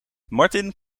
martin